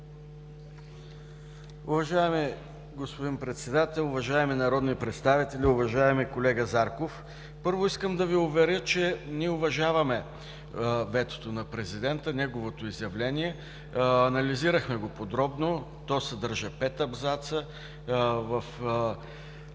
Уважаеми господин Председател, уважаеми народни представители! Уважаеми колега Зарков, първо, искам да Ви уверя, че ние уважаваме ветото на президента, неговото изявление. Анализирахме го подробно, то съдържа пет абзаца. Във всеки